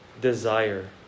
desire